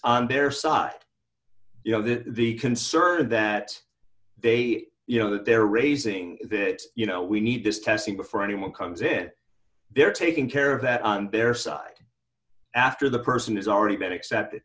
and they're soft you know that the concerned that they you know they're raising that you know we need this testing before anyone comes in they're taking care of that on their side after the person has already been accepted